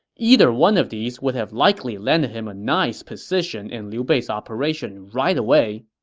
either one of these would have likely landed him a nice position in liu bei's operation right away,